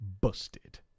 Busted